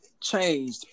changed